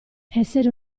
essere